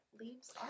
leaves